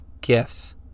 gifts